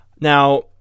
Now